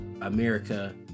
America